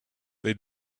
they